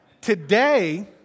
Today